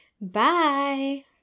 Bye